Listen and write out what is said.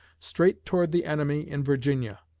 straight toward the enemy in virginia.